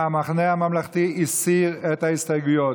המחנה הממלכתי הסיר את ההסתייגויות.